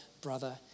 brother